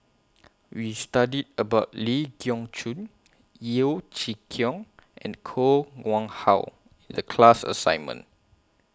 We studied about Ling Geok Choon Yeo Chee Kiong and Koh Nguang How The class assignment